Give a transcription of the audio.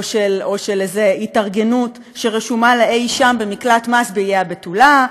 של איזה התארגנות שרשומה אי-שם במקלט מס באיי הבתולה,